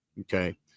okay